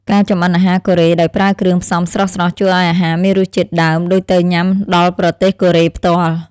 ការចម្អិនអាហារកូរ៉េដោយប្រើគ្រឿងផ្សំស្រស់ៗជួយឱ្យអាហារមានរសជាតិដើមដូចទៅញ៉ាំដល់ប្រទេសកូរ៉េផ្ទាល់។